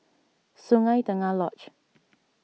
Sungei Tengah Lodge